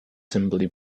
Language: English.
simply